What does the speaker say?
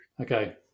Okay